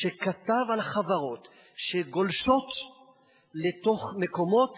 שכתב על חברות שגולשות לתוך מקומות